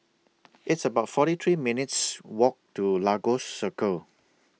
It's about forty three minutes' Walk to Lagos Circle